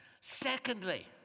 Secondly